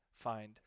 find